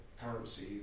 currency